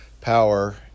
Power